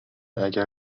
اگر